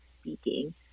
speaking